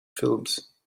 films